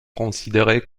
considérés